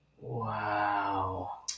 wow